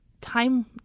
time